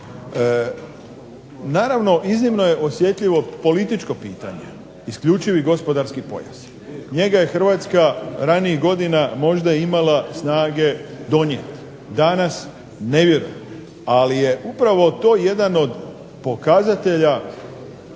Naravno iznimno je osjetljivo političko pitanje isključivi gospodarski pojas. Njega je Hrvatska ranijih godina možda imala snage donijeti, danas ne vjerujem, ali je upravo to jedan od pokazatelja